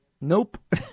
Nope